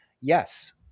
yes